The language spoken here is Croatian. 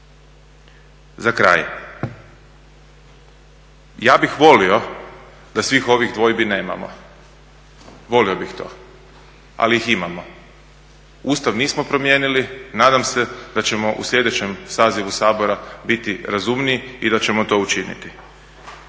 Za kraj, ja bih volio da svih ovih dvojbi nemamo, volio bih to, ali ih imamo. Ustav nismo promijenili, nadam se da ćemo u sljedećem sazivu Sabora biti razumniji i da ćemo to učiniti.